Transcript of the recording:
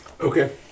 Okay